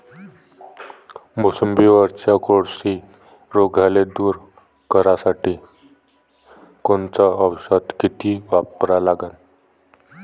मोसंबीवरच्या कोळशी रोगाले दूर करासाठी कोनचं औषध किती वापरा लागन?